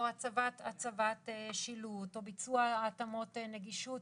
או הצבת שילוט או ביצוע התאמות נגישות